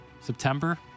September